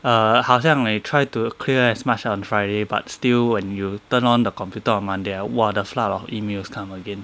err 好像也 try to a clear as much on friday but still when you turn on the computer on monday ah !wah! the flood of emails come again